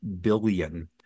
billion